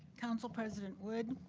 council president wood.